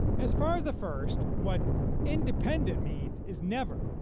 as far as the first, what independent means is never,